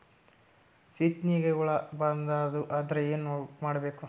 ಸೀತ್ನಿಗೆ ಹುಳ ಬರ್ಬಾರ್ದು ಅಂದ್ರ ಏನ್ ಮಾಡಬೇಕು?